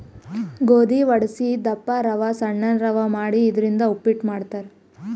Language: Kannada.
ಗೋಧಿ ವಡಸಿ ದಪ್ಪ ರವಾ ಸಣ್ಣನ್ ರವಾ ಮಾಡಿ ಇದರಿಂದ ಉಪ್ಪಿಟ್ ಮಾಡ್ತಾರ್